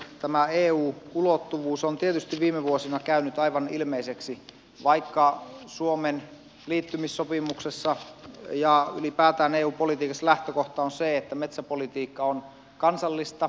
tämä eu ulottuvuus on tietysti viime vuosina käynyt aivan ilmeiseksi vaikka suomen liittymissopimuksessa ja ylipäätään eu politiikassa lähtökohta on se että metsäpolitiikka on kansallista